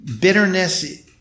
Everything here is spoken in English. bitterness